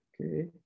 okay